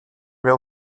will